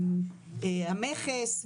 המכס,